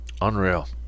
Unreal